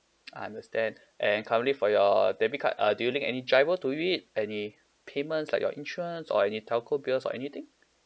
I understand and currently for your debit card uh do you link any GIRO to it any payments like your insurance or any telco bills or anything